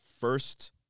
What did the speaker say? first